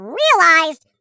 realized